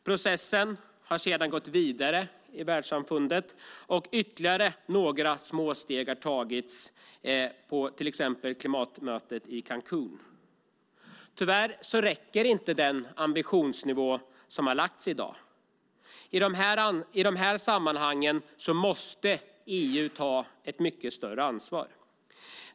Processen har sedan gått vidare i världssamfundet, och ytterligare några små steg har tagits till exempel vid klimatmötet i Cancún. Tyvärr räcker inte den ambitionsnivå som finns i dag. I dessa sammanhang måste EU ta ett mycket större ansvar.